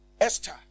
Esther